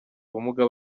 ubumuga